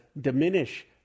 diminish